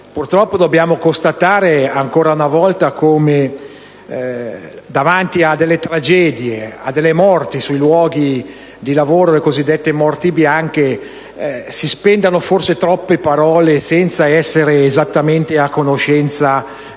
Purtroppo, dobbiamo constatare ancora una volta come, davanti a tragedie e a morti sui luoghi di lavoro, le cosiddette morti bianche, si spendano forse troppe parole senza essere esattamente a conoscenza di